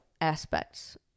aspects